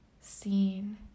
seen